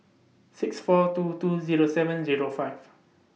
six four two two Zero seven Zero five